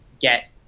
get